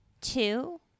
Two